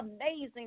amazing